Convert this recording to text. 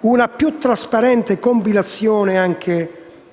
una più trasparente compilazione